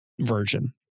version